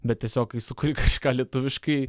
bet tiesiog kai sukuri kažką lietuviškai